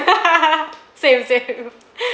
same same